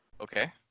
Okay